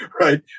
right